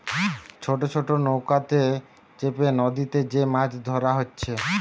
ছোট ছোট নৌকাতে চেপে নদীতে যে মাছ ধোরা হচ্ছে